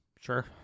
sure